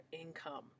income